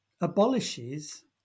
abolishes